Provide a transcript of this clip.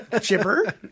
chipper